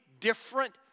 different